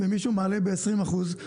למישהו מעלה ב-20 אחוז,